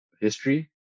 history